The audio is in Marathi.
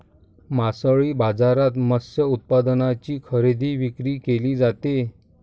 मासळी बाजारात मत्स्य उत्पादनांची खरेदी विक्री केली जाते